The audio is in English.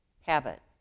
habit